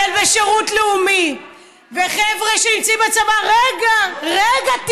שירות לאומי וחבר'ה שנמצאים בצבא, רגע, רגע.